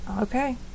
Okay